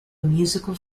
musical